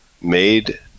Made